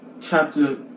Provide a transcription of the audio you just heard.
chapter